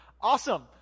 awesome